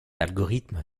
algorithme